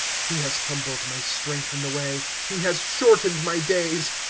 he has humbled my strength in the way he has shortened my days.